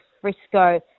Frisco